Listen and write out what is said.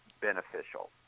beneficial